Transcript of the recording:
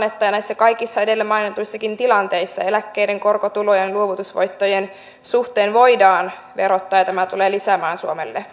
myös näissä kaikissa edellä mainituissa tilanteissa eläkkeiden korotulojen ja luovutusvoittojen suhteen voidaan verottaa ja tämä tulee lisäämään suomelle verotuloja